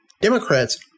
Democrats